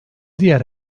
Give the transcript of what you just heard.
diğer